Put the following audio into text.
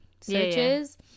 searches